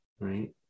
right